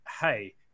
hey